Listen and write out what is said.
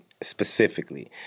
specifically